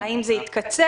האם זה התקצר?